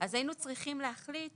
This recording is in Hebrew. אז היה צריכים להחליט